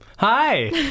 hi